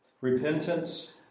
repentance